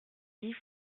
dix